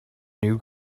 new